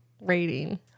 rating